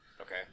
Okay